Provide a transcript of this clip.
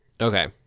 Okay